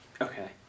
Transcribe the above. Okay